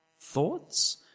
thoughts